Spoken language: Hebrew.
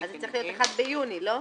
-- אז זה צריך להיות 1 ביוני לא?